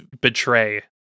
betray